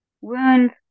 wounds